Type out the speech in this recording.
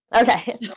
Okay